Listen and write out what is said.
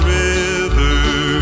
river